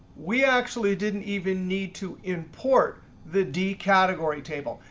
we actually didn't even need to import the d category table.